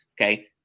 Okay